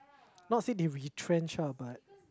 not say they retrench ah but